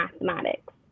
mathematics